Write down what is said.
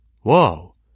Whoa